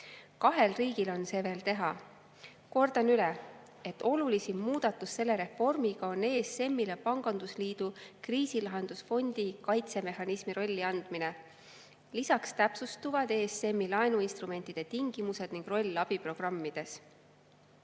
Kahel riigil on see veel teha. Kordan üle, et olulisim muudatus selle reformiga on ESM-ile pangandusliidu kriisilahendusfondi kaitsemehhanismi rolli andmine. Lisaks täpsustuvad ESM-i laenuinstrumentide tingimused ja roll abiprogrammides. ESM-i